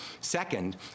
Second